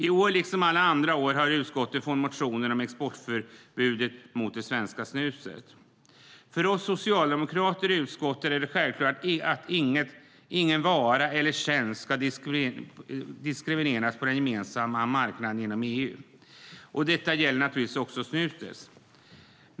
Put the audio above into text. I år, liksom alla andra år, har utskottet fått motioner om exportförbudet mot det svenska snuset. För oss socialdemokrater i utskottet är det självklart att ingen vara eller tjänst ska diskrimineras på den gemensamma marknaden inom EU. Detta gäller naturligtvis också snuset.